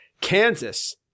Kansas